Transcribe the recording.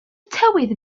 tywydd